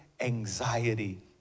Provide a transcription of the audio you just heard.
anxiety